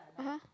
(uh huh)